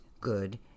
good